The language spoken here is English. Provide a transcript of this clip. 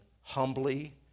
humbly